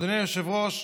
אדוני היושב-ראש,